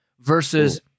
versus